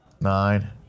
Nine